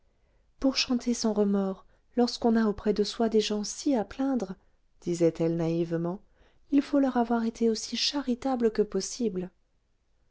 pour chanter sans remords lorsqu'on a auprès de soi des gens si à plaindre disait-elle naïvement il faut leur avoir été aussi charitable que possible